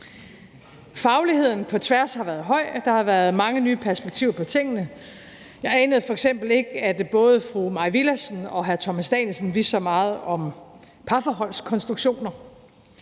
Fagligheden på tværs har været høj. Der har været mange nye perspektiver på tingene. Jeg anede f.eks. ikke, at både fru Mai Villadsen og hr. Thomas Danielsen vidste så meget om parforholdskonstruktioner.